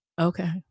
okay